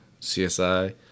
CSI